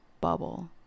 bubble